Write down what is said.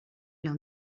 l’un